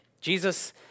Jesus